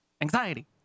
Anxiety